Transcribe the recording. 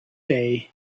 day